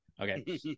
Okay